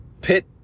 pit